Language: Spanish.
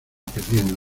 perdiendo